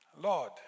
Lord